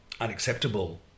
unacceptable